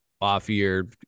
off-year